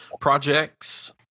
projects